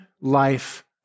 life